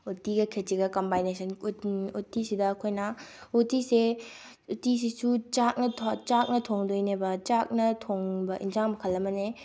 ꯎꯇꯤꯒ ꯈꯦꯆꯤꯒ ꯀꯝꯕꯥꯏꯅꯦꯁꯟ ꯎꯇꯤꯁꯤꯗ ꯑꯩꯈꯣꯏꯅ ꯎꯇꯤꯁꯦ ꯎꯇꯤꯁꯤꯁꯨ ꯆꯥꯛꯅ ꯊꯣꯡꯗꯣꯏꯅꯦꯕ ꯆꯥꯛꯅ ꯊꯣꯡꯕ ꯥꯑꯦꯟꯁꯥꯡ ꯃꯈꯜ ꯑꯃꯅꯦ